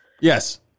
Yes